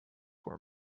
were